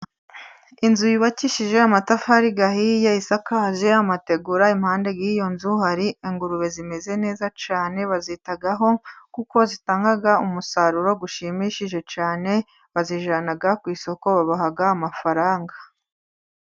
Inzu yubakishije amatafari ahiye, isakaje amategura, iruhande rw'iyo nzu hari ingurube zimeze neza cyane, bazitaho kuko zitanga umusaruro ushimishije cyane, bazijyana ku isoko, babaha amafaranga.